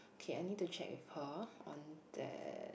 kay I need to check with her on that